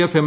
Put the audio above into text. F M